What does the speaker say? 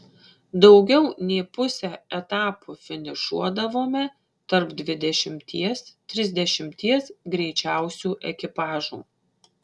daugiau nei pusę etapų finišuodavome tarp dvidešimties trisdešimties greičiausių ekipažų